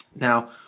now